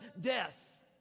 death